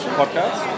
podcast